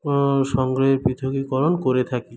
সংগ্রহের পৃথকীকরণ করে থাকি